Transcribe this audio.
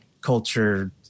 culture